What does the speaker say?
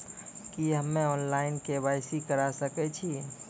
की हम्मे online, KYC करा सकैत छी?